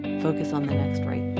focus on the right